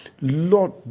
Lord